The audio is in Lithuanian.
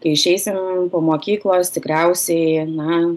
kai išeisim po mokyklos tikriausiai na